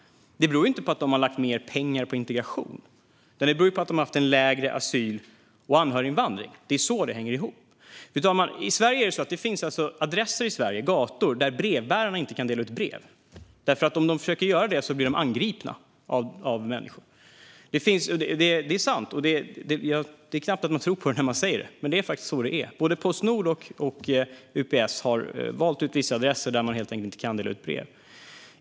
Det beror inte på att de har lagt mer pengar på integration. Det beror på att de har haft en lägre asyl och anhöriginvandring. Det är på det sättet det hänger ihop. Fru talman! Det finns adresser i Sverige, gator, där brevbärarna inte kan dela ut brev. Om de försöker göra det blir de nämligen angripna. Det är sant. Det är knappt att man tror på det. Men det är faktiskt på det sättet. Både Postnord och UPS har valt ut vissa adresser där de helt enkelt inte kan dela ut brev.